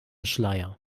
schleier